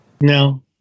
No